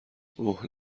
اوه